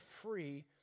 free